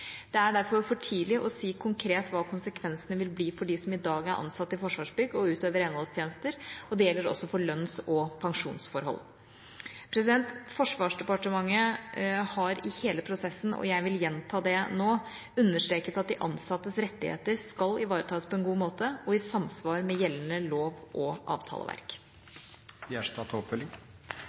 Det er derfor for tidlig å si konkret hva konsekvensene vil bli for dem som i dag er ansatt i Forsvarsbygg og utøver renholdstjenester, og det gjelder også for lønns- og pensjonsforhold. Forsvarsdepartementet har i hele prosessen – og jeg vil gjenta det nå – understreket at de ansattes rettigheter skal ivaretas på en god måte og i samsvar med gjeldende lov- og avtaleverk.